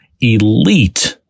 elite